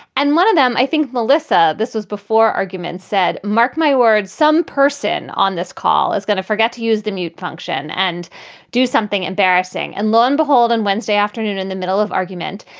and one of them, i think, melissa, this was before arguments said mark my words. some person on this call is going to forget to use the mute function and do something embarrassing. and lo and behold, on wednesday afternoon, in the middle of argument,